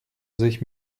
sich